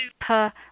super